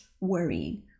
worrying